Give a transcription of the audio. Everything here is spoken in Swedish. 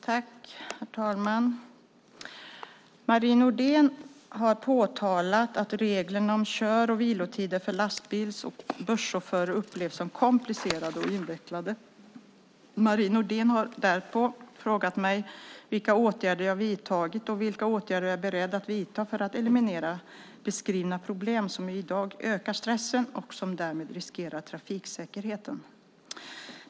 Herr talman! Marie Nordén har påtalat att reglerna om kör och vilotider för lastbils och busschaufförer upplevs som komplicerade och invecklade. Marie Nordén har därpå frågat mig vilka åtgärder jag vidtagit och vilka åtgärder jag är beredd att vidta för att eliminera beskrivna problem som i dag ökar stressen och som därmed riskerar trafiksäkerheten.